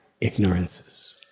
ignorances